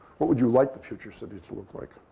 what would you like the future city to look like?